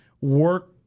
work